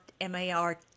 M-A-R